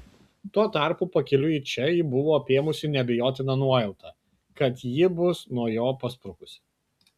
tuo tarpu pakeliui į čia jį buvo apėmusi neabejotina nuojauta kad ji bus nuo jo pasprukusi